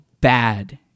bad